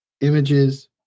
Images